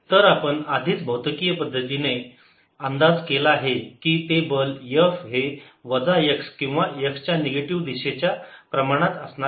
तर आपण आधीच भौतिकीय पद्धतीने अंदाज केला आहे की ते बल F हे वजा x किंवा x च्या निगेटिव दिशे च्या प्रमाणात असणार आहे